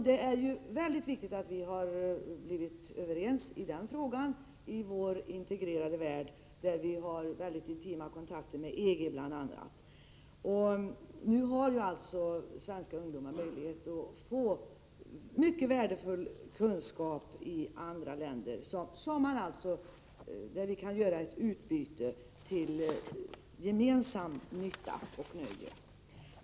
Det är väldigt viktigt att vi har blivit överens i den frågan i vår integrerade värld, med intima kontakter bl.a. med EG. Nu har alltså svenska ungdomar möjlighet att få mycket värdefull kunskap i andra länder. Det kan ske ett utbyte till gemensam nytta och nöje.